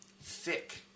Thick